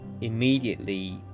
immediately